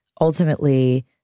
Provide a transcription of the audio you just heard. ultimately